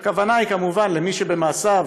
והכוונה היא כמובן למי שבמעשיו